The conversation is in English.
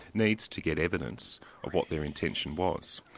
needs to get evidence of what their intention was.